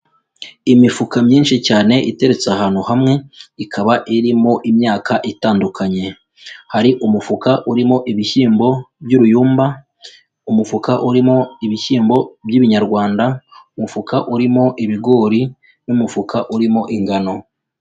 Imifuka myinshi cyane iteretse ahantu hamwe, ikaba irimo imyaka itandukanye, hari umufuka urimo ibishyimbo by'uruyumba, umufuka urimo ibishyimbo by'ibinyarwanda, umufuka urimo ibigori, n'umufuka urimo ingano.